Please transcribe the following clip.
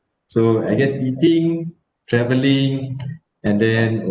so I guess eating travelling and then